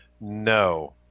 No